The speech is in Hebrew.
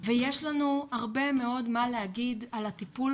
ויש לנו הרבה מאוד מה להגיד על הטיפול